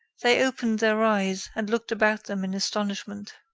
they opened their eyes and looked about them in astonishment.